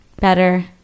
better